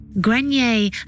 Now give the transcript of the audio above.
Grenier